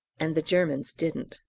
and the germans didn't.